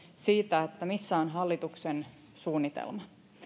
siitä missä on hallituksen suunnitelma